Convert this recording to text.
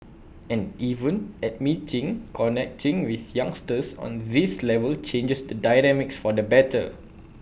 and even admitting connecting with youngsters on this level changes the dynamics for the better